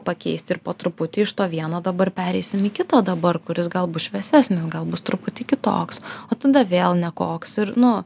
pakeisti ir po truputį iš to vieno dabar pereisim į kitą dabar kuris gal bus šviesesnis gal bus truputį kitoks o tada vėl nekoks ir nu